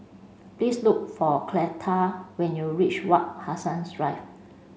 please look for Cleta when you reach Wak Hassan Drive